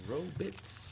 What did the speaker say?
Robits